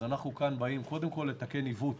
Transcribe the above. אנחנו א', באים לתקן עיוות